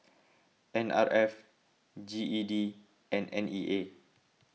N R F G E D and N E A